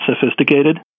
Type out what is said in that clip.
sophisticated